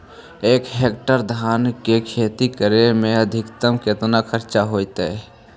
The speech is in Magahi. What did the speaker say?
एक हेक्टेयर धान के खेती करे में अधिकतम केतना खर्चा होतइ?